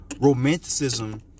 romanticism